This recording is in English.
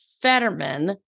Fetterman